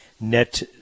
net